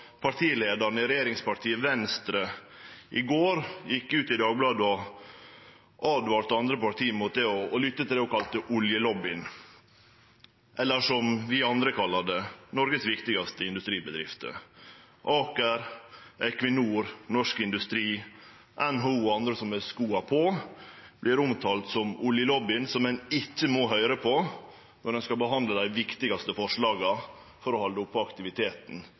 i regjeringspartiet Venstre i går gjekk ut i Dagbladet og åtvara andre parti mot å lytte til det ho kalla oljelobbyen – eller som vi andre kallar det: Noregs viktigaste industribedrifter. Aker, Equinor, Norsk Industri, NHO og andre som har skoa på, vert omtalte som ein oljelobby ein ikkje må høyre på når ein skal behandle dei viktigaste forslaga for å halde oppe aktiviteten